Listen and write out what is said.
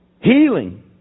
Healing